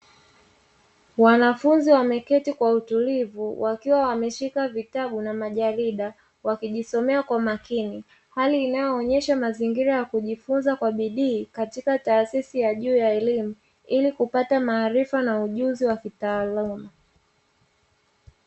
Wanafunzi wameketi kwa utulivu wakiwa wameshika vitabu na majarida wakijisomea kwa makini hali inayoonyesha mazingira ya kujifunza kwa bidii katika taasisi ya juu ya elimu.